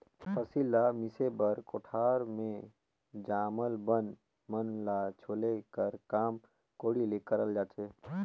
फसिल ल मिसे बर कोठार मे जामल बन मन ल छोले कर काम कोड़ी ले करल जाथे